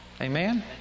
Amen